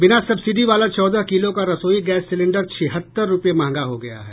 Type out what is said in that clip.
बिना सब्सिडी वाला चौदह किलो का रसोई गैस सिलेंडर छिहत्तर रूपये महंगा हो गया है